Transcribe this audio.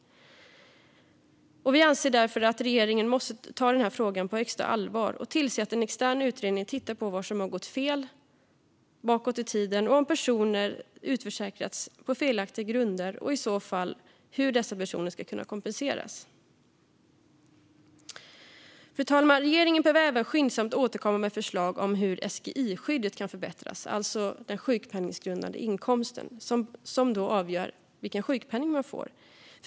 Vi anser därför att regeringen måste ta denna fråga på största allvar och tillse att en extern utredning tittar på vad som har gått fel bakåt i tiden och om personer har utförsäkrats på felaktiga grunder och i så fall hur dessa personer ska kunna kompenseras. Fru talman! Regeringen bör även skyndsamt återkomma med förslag om hur SGI-skyddet kan förbättras. Det gäller alltså den sjukpenninggrundande inkomsten, som avgör vilken sjukpenning man får.